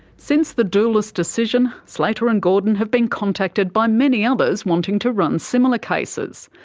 since the doulis decision, slater and gordon have been contacted by many others wanting to run similar cases.